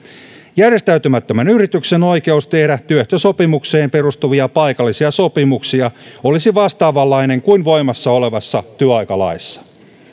järjestäytymättömän yrityksen oikeus tehdä työehtosopimukseen perustuvia paikallisia sopimuksia olisi vastaavanlainen kuin voimassa olevassa työaikalaissa